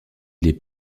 les